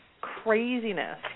craziness